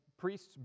Priests